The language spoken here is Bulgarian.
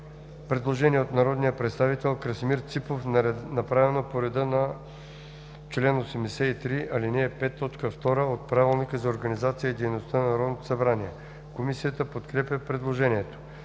Предложение от народния представител Маноил Манев, направено по реда на чл. 83, ал. 5, т. 2 от Правилника за организацията и дейността на Народното събрание. Комисията подкрепя предложението.